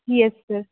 yes sir